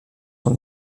son